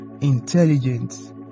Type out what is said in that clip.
intelligent